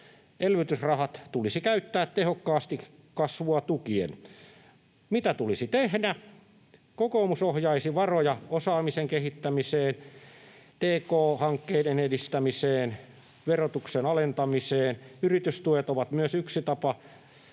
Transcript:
Elvytysrahat tulisi käyttää tehokkaasti kasvua tukien. Mitä tulisi tehdä? Kokoomus ohjaisi varoja osaamisen kehittämiseen, tk-hankkeiden edistämiseen, verotuksen alentamiseen. Yritystuet ovat myös yksi tapa